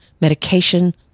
medication